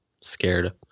scared